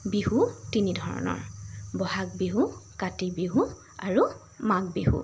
বিহু তিনি ধৰণৰ বহাগ বিহু কাতি বিহু আৰু মাঘ বিহু